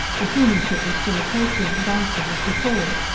the plumie ship is still approaching, dancing as before!